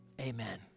Amen